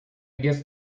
guess